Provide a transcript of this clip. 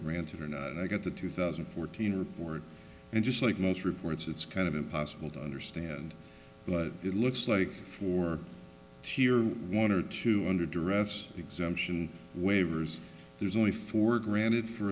granted or not and i get the two thousand and fourteen report and just like most reports it's kind of impossible to understand but it looks like for here one or two under duress exemption waivers there's only four granted for